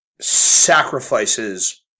sacrifices